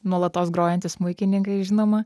nuolatos grojantys smuikininkai žinoma